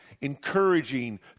encouraging